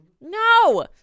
no